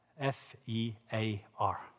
F-E-A-R